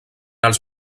els